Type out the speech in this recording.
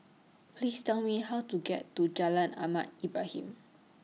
Please Tell Me How to get to Jalan Ahmad Ibrahim